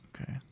okay